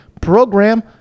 program